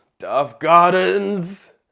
duff gardens